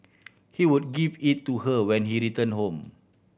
he would give it to her when he returned home